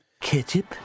ketchup